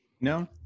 No